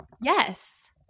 Yes